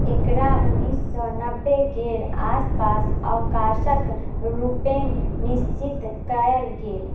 एकरा उनैस सओ नब्बेके आसपास अवकाशके रूपेँ निश्चित कएल गेल